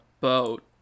boat